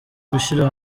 gushyira